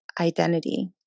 identity